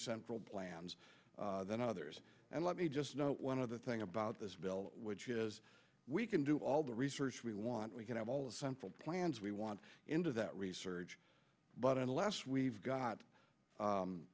central plans than others and let me just know one other thing about this bill which is we can do all the research we want we can have all of central plans we want into that research but unless